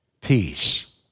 peace